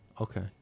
Okay